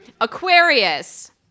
Aquarius